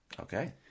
Okay